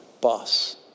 boss